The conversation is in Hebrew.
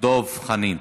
דב חנין.